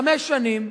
חמש שנים.